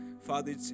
Father